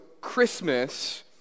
Christmas